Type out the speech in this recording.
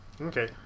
Okay